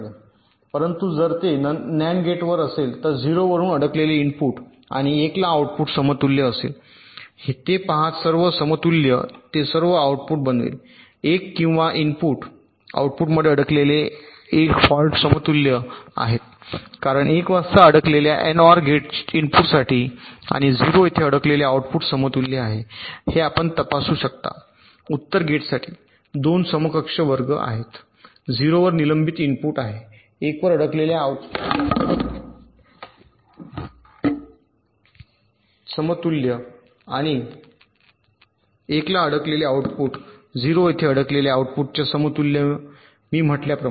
परंतु जर ते नंद गेट असेल तर 0 वरून अडकलेले इनपुट आणि 1 ला आउटपुट समतुल्य असेल ते आहेत सर्व समतुल्य ते सर्व आऊटपुट बनवेल 1 किंवा इनपुट आणि आउटपुटमध्ये अडकलेले 1 फॉल्ट समतुल्य आहेत कारण 1 वाजता अडकलेल्या एनओआर गेट इनपुटसाठी आणि 0 येथे अडकलेले आउटपुट समतुल्य आहेत हे आपण तपासू शकता आणि उत्तर गेटसाठी 2 समकक्ष वर्ग आहेत 0 वर निलंबित इनपुट आहे 1 वर अडकलेल्या आउटपुट च्या समतुल्य आणि 1 ला अडकलेले आउटपुट 0 येथे अडकलेल्या आउटपुटच्या समतुल्य आहे म्हणून मी म्हटल्याप्रमाणे